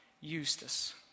Eustace